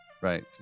Right